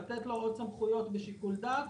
לתת לו עוד סמכויות בשיקול דעת.